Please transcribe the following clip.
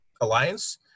Alliance